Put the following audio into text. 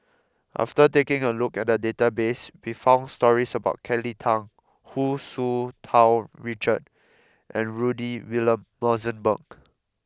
after taking a look at the database we found stories about Kelly Tang Hu Tsu Tau Richard and Rudy William Mosbergen